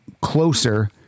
closer